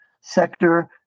sector